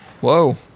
Whoa